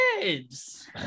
kids